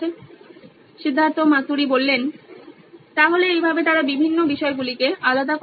Siddharth Maturi C E O নইন electronics তাহলে এইভাবে তারা বিভিন্ন বিষয়গুলিকে আলাদা করে